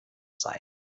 sein